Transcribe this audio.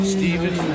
Stephen